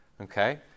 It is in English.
Okay